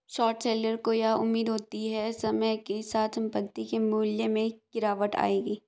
short seller को यह उम्मीद होती है समय के साथ संपत्ति के मूल्य में गिरावट आएगी